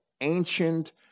ancient